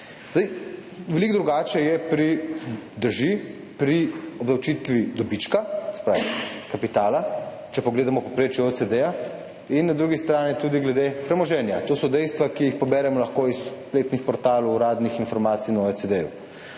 Veliko drugače je pri obdavčitvi dobička, se pravi, kapitala, če pogledamo povprečje OECD, in na drugi strani tudi glede premoženja. To so dejstva, ki jih lahko poberemo iz spletnih portalov uradnih informacij na OECD.